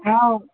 ஆ